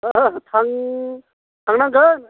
होद थां थांनांगोन